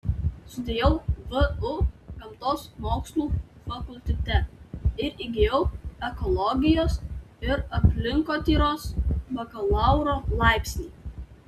studijavau vu gamtos mokslų fakultete ir įgijau ekologijos ir aplinkotyros bakalauro laipsnį